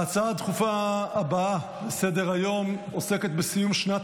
ההצעה הדחופה הבאה לסדר-היום עוסקת בסיום שנת